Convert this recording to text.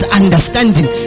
understanding